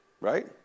right